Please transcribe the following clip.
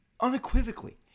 Unequivocally